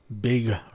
big